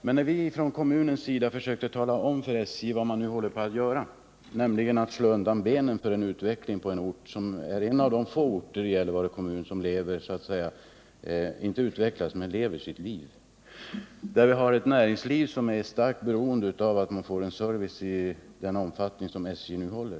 Men när vi från kommunens sida försöker göra klart för SJ vad man håller på att göra, nämligen slå undan benen för utveckling på en ort som är en av de få orterna i Gällivare kommun som, även om den inte utvecklas, lever sitt liv och som har ett näringsliv som är starkt beroende av service i den omfattning som SJ nu tillhandahåller.